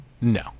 No